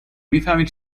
میفهمی